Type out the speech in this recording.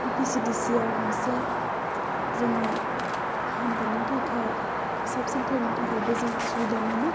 V C D C आव गंसे जोंनि फाहामथायनि थाखाय साब सेन्टारनि थाखायबो जों सुबिदा मोनो